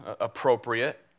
appropriate